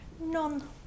none